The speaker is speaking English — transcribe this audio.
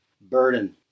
burden